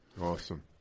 Awesome